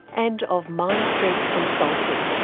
and of mindstrength consulting,